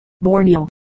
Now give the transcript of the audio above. Borneo